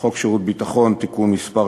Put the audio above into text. שירות ביטחון (תיקון מס'